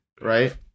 right